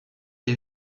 thé